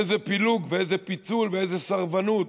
איזה פילוג ואיזה פיצול ואיזה סרבנות,